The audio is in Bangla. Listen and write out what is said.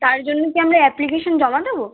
তার জন্য কি আমরা অ্যাপ্লিকেশন জমা দেবো